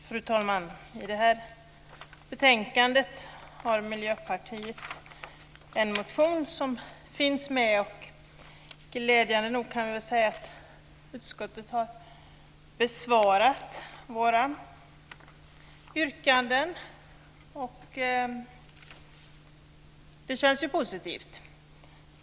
Fru talman! I det här betänkandet finns en motion från Miljöpartiet med. Glädjande nog har utskottet besvarat våra yrkanden, och det känns ju positivt.